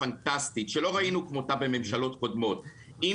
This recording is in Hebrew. הפנטסטית שלא ראינו כמותה בממשלות קודמות עם